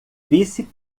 vice